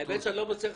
אין ספק